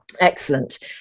Excellent